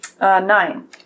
Nine